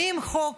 האם החוק